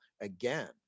again